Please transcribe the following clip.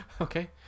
Okay